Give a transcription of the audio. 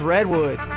Redwood